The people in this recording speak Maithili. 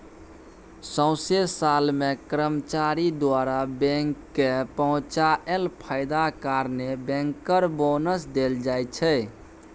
सौंसे साल मे कर्मचारी द्वारा बैंक केँ पहुँचाएल फायदा कारणेँ बैंकर बोनस देल जाइ छै